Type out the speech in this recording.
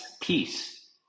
peace